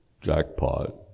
jackpot